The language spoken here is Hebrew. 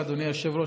אדוני היושב-ראש,